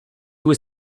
was